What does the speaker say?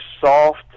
soft